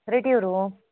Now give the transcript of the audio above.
رٔٹِو روٗم